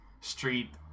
street